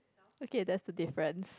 okay that's the difference